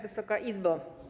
Wysoka Izbo!